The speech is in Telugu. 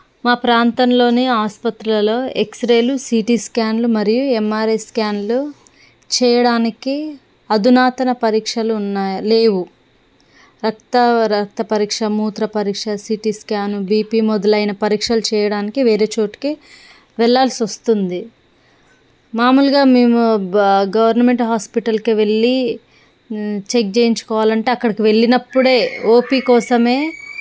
మా ప్రాంతంలోనే ఆసుపత్రులలో ఎక్స్రేలు సిటీ స్కాన్లు మరియు ఎంఆర్ఐ స్కాన్లు చేయడానికి అధునాతన పరీక్షలు ఉన్నాయా లేవు రక్త రక్త పరీక్ష మూత్ర పరీక్ష సిటీ స్కాన్ బిపి మొదలైన పరీక్షలు చేయడానికి వేరే చోటికి వెళ్లాల్సి వస్తుంది మామూలుగా మేము గవర్నమెంట్ హాస్పిటల్కి వెళ్ళి చెక్ చేయించుకోవాలంటే అక్కడికి వెళ్లినప్పుడే ఓపి కోసమే